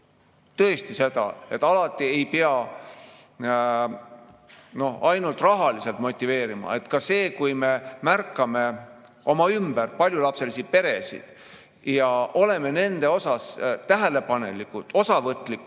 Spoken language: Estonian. tõesti seda, et alati ei pea ainult rahaliselt motiveerima. Ka see, kui me märkame oma ümber paljulapselisi peresid ja oleme nende vastu tähelepanelikud ja osavõtlikud,